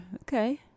Okay